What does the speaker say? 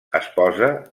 esposa